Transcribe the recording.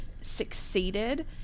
succeeded